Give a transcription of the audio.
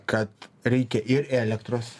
kad reikia ir elektros